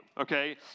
okay